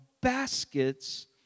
baskets